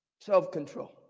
self-control